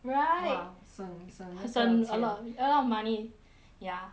right !wah! 省省那个钱省 a lot of mon~ a lot of money ya